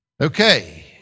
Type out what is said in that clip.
Okay